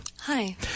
Hi